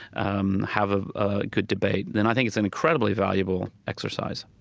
um have ah a good debate. then i think it's an incredibly valuable exercise